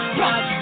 rock